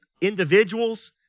individuals